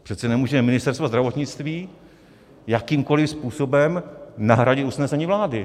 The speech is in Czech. Přece nemůže Ministerstvo zdravotnictví jakýmkoli způsobem nahradit usnesení vlády.